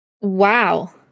Wow